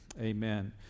amen